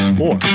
four